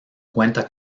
cuenta